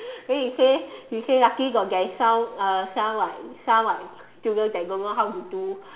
then he say he say lucky got like some uh some like some like students that don't know how to do